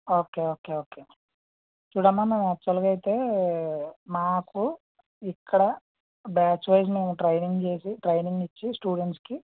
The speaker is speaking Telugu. ఓకే ఓకే ఓకే చూడమ్మ మేము యాక్చువల్గా అయితే మాకు ఇక్కడ బ్యాచ్వైస్ మేము ట్రైనింగ్ చేసి ట్రైనింగ్ ఇచ్చి స్టూడెంట్స్కి